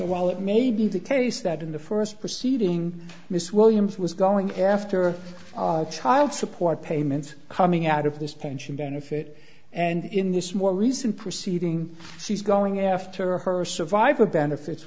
while it may be the case that in the first proceeding mrs williams was going after child support payments coming out of this pension benefit and in this more recent proceeding she's going after her survivor benefits